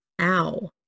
Ow